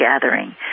gathering